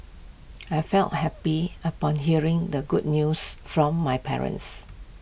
I felt happy upon hearing the good news from my parents